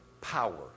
power